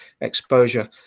exposure